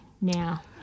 now